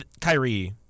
Kyrie